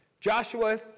Joshua